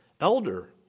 elder